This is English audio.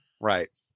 Right